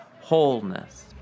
wholeness